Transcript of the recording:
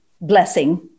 blessing